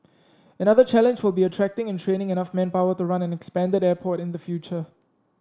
another challenge will be attracting and training enough manpower to run an expanded airport in the future